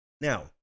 Now